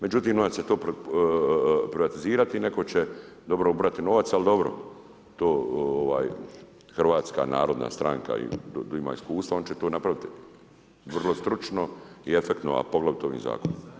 Međutim onda će se to privatizirati i neko će dobro ubrati novac, ali dobro, to Hrvatska narodna stranka tu ima iskustva oni će to napraviti vrlo stručno i efektno, a poglavito ovim zakonom.